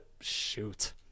Shoot